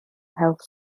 health